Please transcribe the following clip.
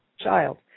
child